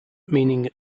meaning